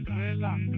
relax